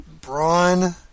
Braun